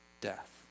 death